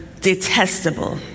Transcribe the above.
detestable